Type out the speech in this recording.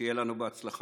שיהיה לנו בהצלחה.